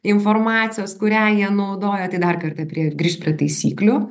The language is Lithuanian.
informacijos kurią jie naudoja tai dar kartą prie grįžt prie taisyklių